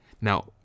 Now